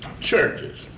churches